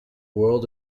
world